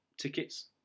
tickets